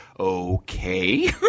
Okay